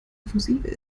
offensive